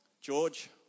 George